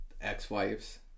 ex-wives